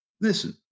Listen